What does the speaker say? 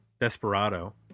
Desperado